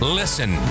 listen